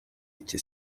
iki